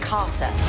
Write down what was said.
Carter